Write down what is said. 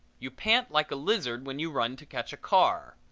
you pant like a lizard when you run to catch a car.